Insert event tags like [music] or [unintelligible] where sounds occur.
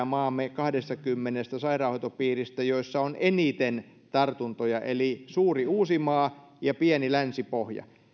[unintelligible] maamme kahdestakymmenestä sairaanhoitopiiristä kaksi sairaanhoitopiiriä joissa on eniten tartuntoja eli suuri uusimaa ja pieni länsi pohja